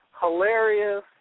hilarious